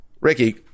Ricky